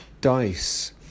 dice